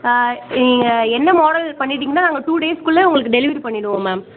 நீங்கள் என்ன மாடல் பண்ணிவிட்டீங்கன்னா நாங்கள் டூ டேஸ்க்குள்ளே உங்களுக்கு டெலிவரி பண்ணிவிடுவோம் மேம்